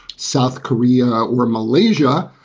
south korea or malaysia,